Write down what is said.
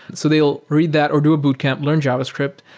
so they'll read that or do a boot camp, learn javascript,